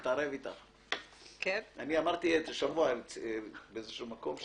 זאת דרישה של הפסיקה במודל של הפרטת סמכויות